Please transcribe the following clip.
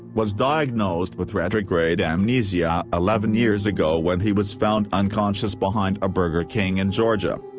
was diagnosed with retrograde amnesia eleven years ago when he was found unconscious behind a burger king in georgia.